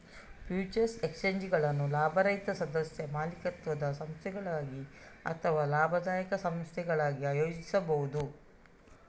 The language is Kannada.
ಫ್ಯೂಚರ್ಸ್ ಎಕ್ಸ್ಚೇಂಜುಗಳನ್ನು ಲಾಭರಹಿತ ಸದಸ್ಯ ಮಾಲೀಕತ್ವದ ಸಂಸ್ಥೆಗಳಾಗಿ ಅಥವಾ ಲಾಭದಾಯಕ ಸಂಸ್ಥೆಗಳಾಗಿ ಆಯೋಜಿಸಬಹುದು